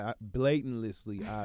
blatantly